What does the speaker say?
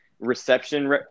reception